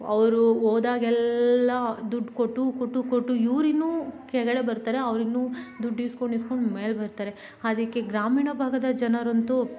ಅವರು ಹೋದಾಗೆಲ್ಲ ದುಡ್ಡು ಕೊಟ್ಟು ಕೊಟ್ಟು ಕೊಟ್ಟು ಇವರಿನ್ನೂ ಕೆಳಗಡೆ ಬರ್ತಾರೆ ಅವರಿನ್ನೂ ದುಡ್ಡು ಇಸ್ಕೊಂಡು ಇಸ್ಕೊಂಡು ಮೇಲೆ ಬರ್ತಾರೆ ಅದಕ್ಕೆ ಗ್ರಾಮೀಣ ಭಾಗದ ಜನರಂತೂ